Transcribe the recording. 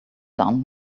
done